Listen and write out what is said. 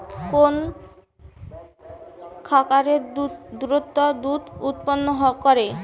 কোন খাকারে দ্রুত দুধ উৎপন্ন করে?